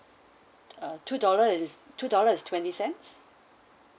uh two dollar is two dollars twenty cents